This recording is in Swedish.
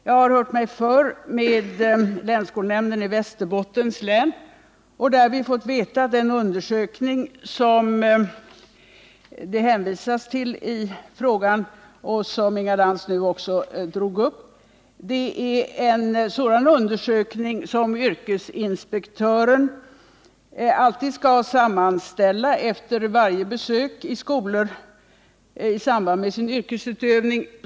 Jag har hört mig för hos länsskolnämnden i Västerbottens län och där fått veta att den undersökning som det hänvisas till i frågan och som Inga Lantz nu drog upp är en sådan undersökning som yrkesinspektören alltid skall sammanställa efter varje besök i skolor i samband med sin yrkesutövning.